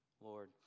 Lord